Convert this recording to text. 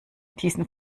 diesen